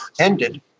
ended